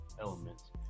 elements